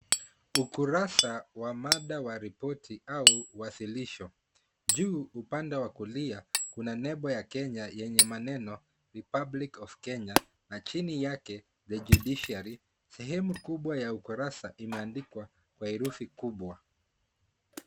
Ukurasa wa mada ya ripoti au wasilisho. Juu upande wa kulia kuna nembo ya Kenya yenye maneno republic of Kenya na chini yake the judiciary. Sehemu kubwa ya ukurasa imeandikwa kwa herufi kubwa.